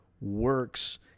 works